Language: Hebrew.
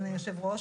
אדוני היושב-ראש